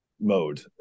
mode